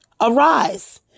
Arise